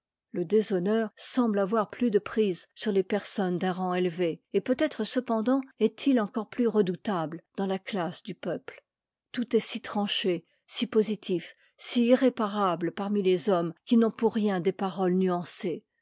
le déshonneur semble avoir plus de prise sur les personnes d'un rang élevé et peut-être cependant est-il encore plus redoutable dans la classe du peuple tout est si tranché si positif si irréparable parmi les hommes qui n'ont pour rien des paroles nuancées